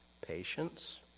patience